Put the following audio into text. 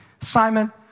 Simon